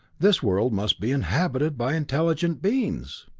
this world must be inhabited by intelligent beings!